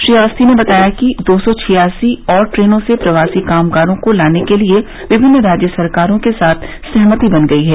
श्री अवस्थी ने बताया कि दो सौ छियासी और ट्रेनों से प्रवासी कामगारों को लाने के लिए विभिन्न राज्य सरकारों के साथ सहमति बन गयी है